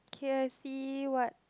k_F_C what